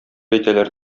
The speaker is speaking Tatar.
әйтәләр